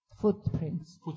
footprints